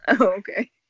okay